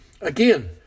Again